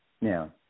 Now